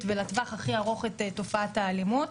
ולטווח הכי ארוך את תופעת האלימות,